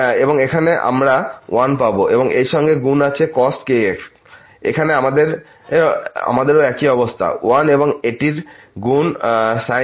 এবং এখানে আমরা 1 পাবো এবং এই সঙ্গে গুণ আছে cos kx এখানে আমাদেরও একই অবস্থা 1 এবং এটির গুণ sin kx